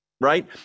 right